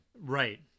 Right